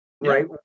right